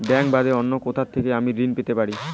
Bank বাদে অন্য কোথা থেকে আমি ঋন পেতে পারি?